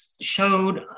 showed